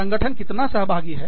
संगठन कितना सहभागी है